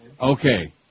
Okay